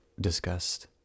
discussed